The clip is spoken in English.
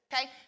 okay